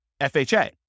FHA